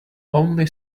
only